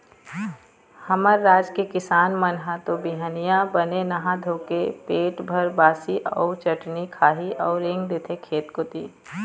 हमर राज के किसान मन ह तो बिहनिया बने नहा धोके पेट भर बासी अउ चटनी खाही अउ रेंग देथे खेत कोती